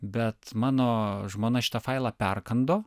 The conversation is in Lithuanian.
bet mano žmona šitą failą perkando